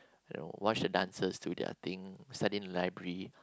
you know watch the dancers do their thing study in library